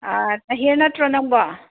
ꯁꯍꯦ ꯅꯠꯇ꯭ꯔꯣ ꯅꯪꯕꯣ